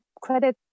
credit